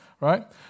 right